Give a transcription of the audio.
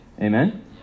Amen